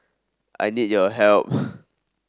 I need your help